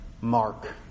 mark